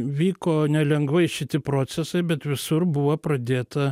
vyko nelengvai šiti procesai bet visur buvo pradėta